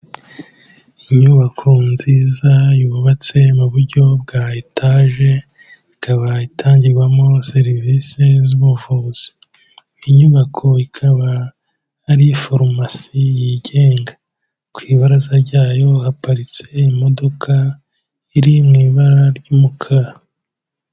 Inyubako nziza yubatse mu buryo bwa etaje ikaba itangirwamo serivisi z'ubuvuzi. Inyubako ikaba ari farumasi yigenga. Ku ibaraza ryayo haparitse imodoka iri mu ibara ry'umukara.